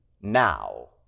now